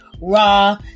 Raw